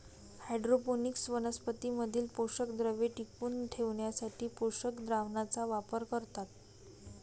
hydroponics वनस्पतीं मधील पोषकद्रव्ये टिकवून ठेवण्यासाठी पोषक द्रावणाचा वापर करतात